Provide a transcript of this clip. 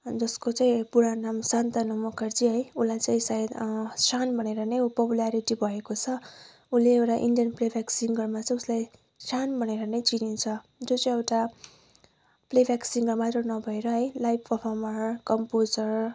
जसको चाहिँ पुरा नाम सान्तनु मुखर्जी है उसलाई चाहिँ सायद शान भनेर नै उ पपुलारिटी भएको छ उल्ले एउटा इन्डियन प्लेब्याक सिङ्गरमा चाहिँ उसलाई शान भनेर नै चिनिन्छ जो चाहिँ एउटा प्लेब्याक सिङ्गर मात्र नभएर है लाइभ पर्फर्मर र कम्पोजर